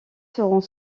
seront